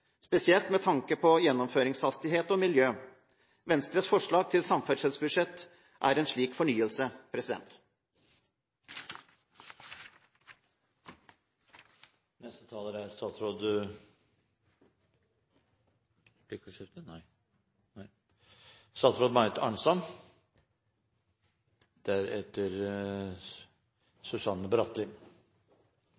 spesielt med tanke på gjennomføringshastighet og miljø. Venstres forslag til samferdselsbudsjett er en slik fornyelse. Bedre infrastruktur for veg og jernbane er